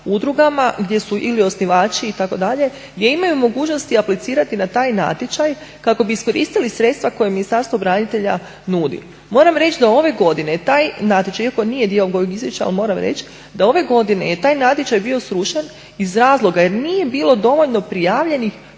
udrugama gdje su ili osnivači itd., gdje imaju mogućnosti aplicirati na taj natječaj kako bi iskoristili sredstva koja Ministarstvo branitelja nudi. Moram reći da ove godine taj natječaj iako nije dio ovog izvješća, ali moram reći da ove godine je taj natječaj bio srušen iz razloga jer nije bilo dovoljno prijavljenih